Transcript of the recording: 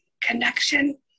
connection